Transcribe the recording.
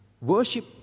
Worship